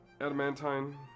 Adamantine